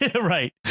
right